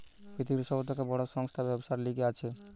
পৃথিবীর সব থেকে বড় সংস্থা ব্যবসার লিগে আছে